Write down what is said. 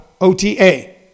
O-T-A